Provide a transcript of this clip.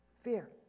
fear